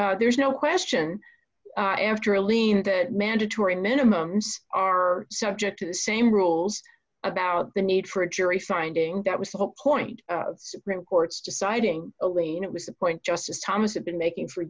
point there's no question after a lean that mandatory minimums are subject to the same rules about the need for a jury finding that was the whole point of supreme court's deciding alene it was a point justice thomas had been making for